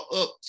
up